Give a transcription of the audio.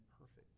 perfect